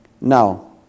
Now